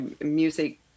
Music